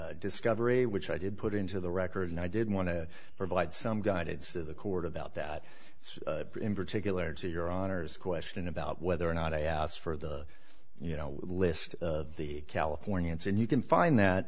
the discovery which i did put into the record and i did want to provide some guidance to the court about that in particular to your honor's question about whether or not i asked for the you know list of the californians and you can find that